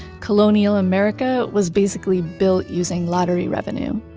colonial america was basically built using lottery revenue.